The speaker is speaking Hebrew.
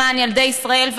למען ילדי ישראל,